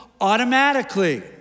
automatically